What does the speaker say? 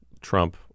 Trump